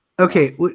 Okay